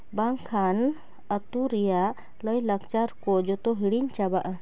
ᱵᱟᱝᱠᱷᱟᱱ ᱟᱛᱳ ᱨᱮᱭᱟᱜ ᱞᱟᱹᱭᱼᱞᱟᱠᱪᱟᱨ ᱠᱚ ᱡᱚᱛᱚ ᱦᱤᱲᱤᱧ ᱪᱟᱵᱟᱜᱼᱟ